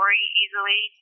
easily